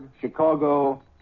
Chicago